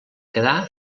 quedà